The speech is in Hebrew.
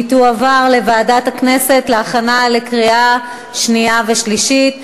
והיא תועבר לוועדת הכנסת להכנה לקריאה שנייה ושלישית.